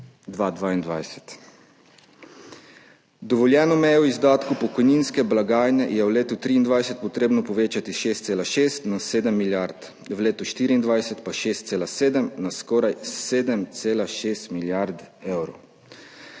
2022. Dovoljeno mejo izdatkov pokojninske blagajne je v letu 2023 potrebno povečati s 6,6 na 7 milijard, v letu 2024 pa s 6,7 na skoraj 7,6 milijarde evrov.